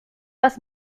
was